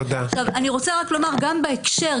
אני רוצה רק לומר שוב,